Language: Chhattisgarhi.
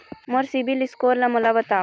मोर सीबील स्कोर ला मोला बताव?